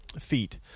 feet